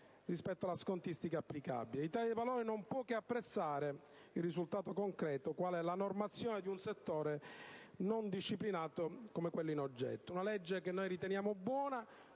rispetto alla scontistica applicabile. L'Italia dei Valori non può che apprezzare il risultato concreto, quale la normazione di un settore non disciplinato come quello in oggetto: una legge che noi riteniamo buona,